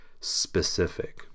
specific